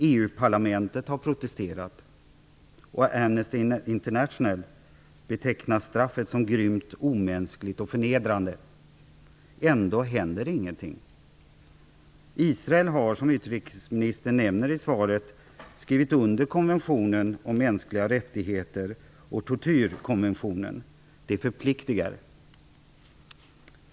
EU parlamentet har protesterat, och Amnesty International betecknar straffet som grymt, omänskligt och förnedrande. Trots detta händer ingenting. Israel har, som utrikesministern nämner i svaret, skrivit under konventionen om mänskliga rättigheter och tortyrkonventionen. Det förpliktar.